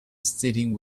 sitting